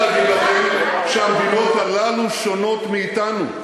ואני חייב להגיד לכם שהמדינות הללו שונות מאתנו.